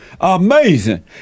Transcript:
Amazing